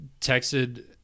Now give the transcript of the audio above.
texted